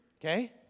Okay